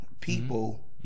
people